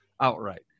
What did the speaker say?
outright